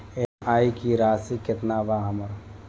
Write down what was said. EMI की राशि केतना बा हमर?